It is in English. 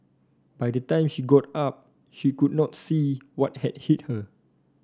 by the time she got up she could not see what had hit her